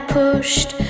pushed